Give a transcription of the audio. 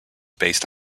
based